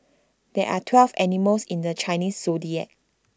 there are twelve animals in the Chinese Zodiac